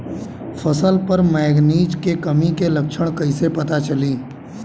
फसल पर मैगनीज के कमी के लक्षण कईसे पता चली?